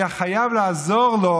היה חייב לעזור לו.